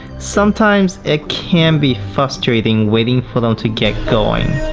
sometimes it can be frustrating waiting for them to get going.